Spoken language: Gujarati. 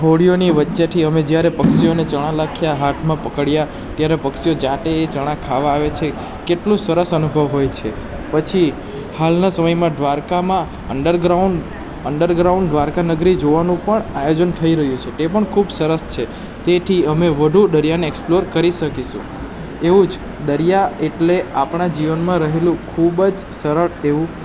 હોડીઓની વચ્ચેથી અમે જ્યારે પક્ષોને ચણા નાખ્યા હાથમાં પકડ્યા ત્યારે પક્ષીઓ જાતે એ ચણા ખાવા આવે છે કેટલું સરસ અનુભવ હોય છે પછી હાલના સમયમાં દ્વારકામાં અંડર ગ્રાઉન્ડ અંડરગ્રાઉન્ડ દ્વારકાનગરી જોવાનું પણ આયોજન થઈ રહ્યું છે તે પણ ખૂબ સરસ છે તેથી અમે વધુ દરિયાને એક્સપ્લોર કરી શકીશું એવું જ દરિયા એટલે આપણા જીવનમાં રહેલું ખૂબ જ સરળ એવું